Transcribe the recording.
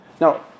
Now